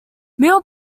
mill